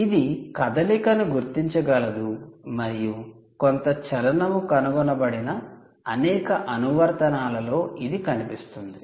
ఇది కదలికను గుర్తించగలదు మరియు కొంత చలనము కనుగొనబడిన అనేక అనువర్తనాలలో ఇది కనిపిస్తుంది